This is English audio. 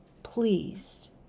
pleased